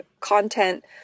content